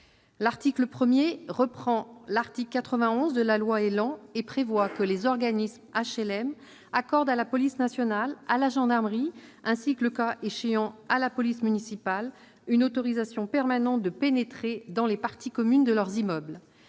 L'article 1, qui reprend l'article 91 de la loi ÉLAN, dispose que les organismes d'HLM accordent à la police nationale, à la gendarmerie, ainsi que, le cas échéant, à la police municipale une autorisation permanente de pénétrer dans les parties communes de leurs immeubles.